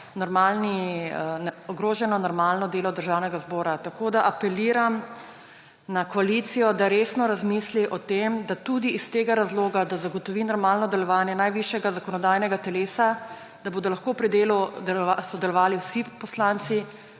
ogroženo normalno delo Državnega zbora. Apeliram na koalicijo, da resno razmisli o tem, da tudi iz tega razloga, da zagotovi normalno delovanje najvišjega zakonodajnega telesa, da bodo lahko pri delu sodelovali vsi poslanci,